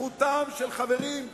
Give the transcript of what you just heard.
זכותם של חברים,